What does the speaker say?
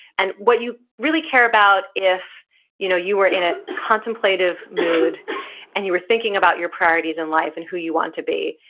and what you really care about if you know you were in a contemplative mood and you were thinking about your priorities in life and who you want to be.